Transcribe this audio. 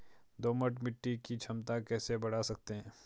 दोमट मिट्टी की क्षमता कैसे बड़ा सकते हैं?